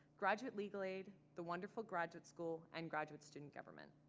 graduate legal aid, the wonderful graduate school and graduate student government.